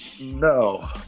No